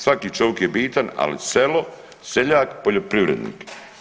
Svaki čovik je bitan, ali selo, seljak, poljoprivrednik.